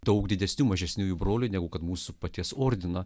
daug didesnių mažesniųjų brolių negu kad mūsų paties ordino